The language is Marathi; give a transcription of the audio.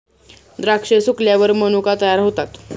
द्राक्षे सुकल्यावर मनुका तयार होतात